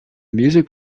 music